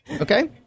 Okay